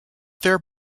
their